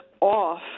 off